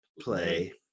play